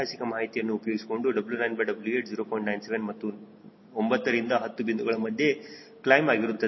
97 ಮತ್ತು 9 ರಿಂದ 10 ಬಿಂದುಗಳ ಮಧ್ಯೆ ಕ್ಲೈಮ್ ಆಗಿರುತ್ತದೆ